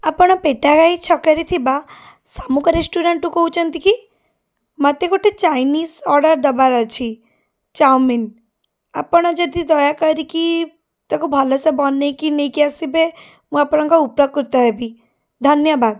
ଆପଣ ପେଟାଘାଇ ଛକରେ ଥିବା ଶାମୁକା ରେଷ୍ଟୁରାଣ୍ଟରୁ କହୁଛନ୍ତି କି ମୋତେ ଗୋଟେ ଚାଇନିଜ୍ ଅର୍ଡ଼ର ଦେବାର ଅଛି ଚାଓମିନ୍ ଆପଣ ଯଦି ଦୟା କରିକି ତାକୁ ଭଲ ସେ ବନେଇକି ନେଇକି ଆସିବେ ମୁଁ ଆପଣଙ୍କ ଉପକୃତ ହେବି ଧନ୍ୟବାଦ